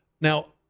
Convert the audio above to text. Now